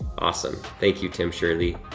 awesome, thank you, tim shirley.